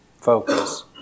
focus